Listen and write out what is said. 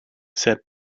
said